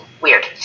weird